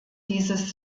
dieses